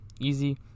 easy